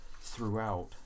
throughout